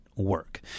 work